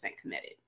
committed